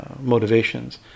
motivations